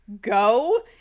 go